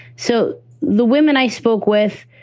so the women i spoke with,